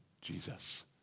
jesus